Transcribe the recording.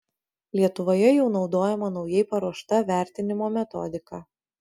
lietuvoje jau naudojama naujai paruošta vertinimo metodika